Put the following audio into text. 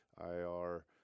IR